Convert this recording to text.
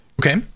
okay